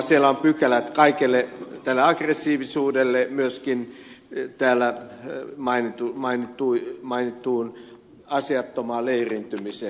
siellä on pykälät kaikelle tälle aggressiivisuudelle myöskin täällä mainittuun asiattomaan leiriintymiseen